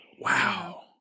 Wow